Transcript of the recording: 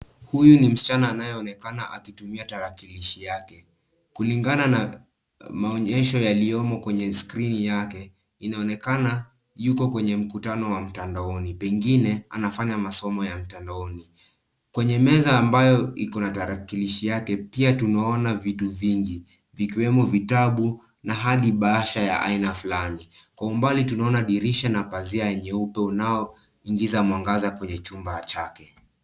Huyu ni msichana anayeonekana akitumia tarakilishi yake. Kulingana na maonyesho yaliyomo kwenye skrini yake, inaonekana yuko kwenye mkutano wa mtandaoni, pengine anafanya masomo ya mtandaoni. Kwenye meza ambayo iko na tarakilishi yake pia tunaona vitu vingi vikiwemo vitabu na hadi bahasha ya aina fulani. Kwa umbali tunaona dirisha na pazia nyeupe unaoingiza mwangaza kwenye chumba chake.